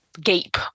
gape